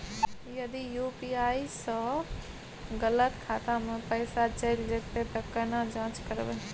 यदि यु.पी.आई स गलत खाता मे पैसा चैल जेतै त केना जाँच करबे?